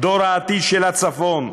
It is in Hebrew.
העתיד של הצפון,